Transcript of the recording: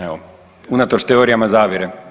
Evo, unatoč teorijama zavjere.